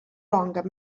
longer